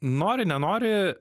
nori nenori